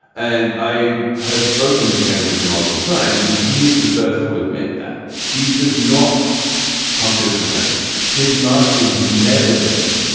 and i have spoken to ken fisher multiple times and he is the first to admit that he does not pump his returns his marketing has never been.